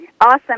Awesome